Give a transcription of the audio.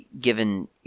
given